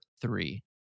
three